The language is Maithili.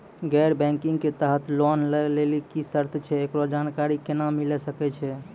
गैर बैंकिंग के तहत लोन लए लेली की सर्त छै, एकरो जानकारी केना मिले सकय छै?